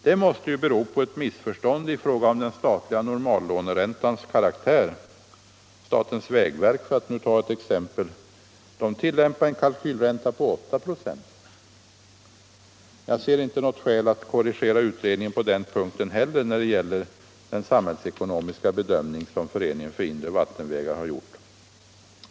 Det måste ju bero på ett missförstånd i fråga om den statliga normallåneräntans karaktär. Exempelvis tillämpar statens vägverk en kalkylränta på 8 ".. Jag ser inte något skäl att korrigera utredningen på den punkten heller när det gäller den samhällsekonomiska bedömning som Föreningen för inre vattenvägar har gjort.